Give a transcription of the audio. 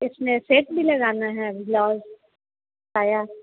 इसमें सेट भी लगाना है बिलाउज साया